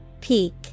Peak